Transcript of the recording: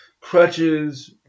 crutches